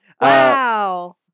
Wow